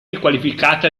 qualificata